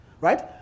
Right